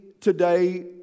today